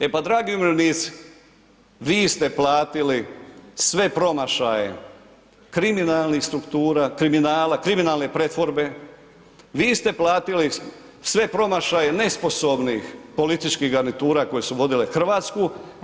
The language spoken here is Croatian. E pa dragi umirovljenici vi ste platili sve promašaje kriminalnih struktura, kriminala, kriminalne pretvorbe, vi ste platili sve promašaje nesposobnih političkih garnitura koje su vodile Hrvatsku.